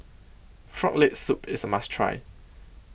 Frog Leg Soup IS A must Try